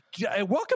welcome